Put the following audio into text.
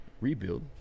rebuild